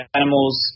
animals